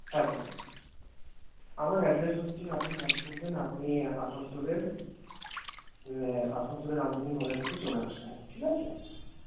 হ্যাঁ বলুন আমার অ্যাড্রেস হচ্ছে আপনি কাজ করবেন আপনি আসানসোলের আসানসোলের রামধূনী মলের কাছে চলে আসবেন ঠিক আছে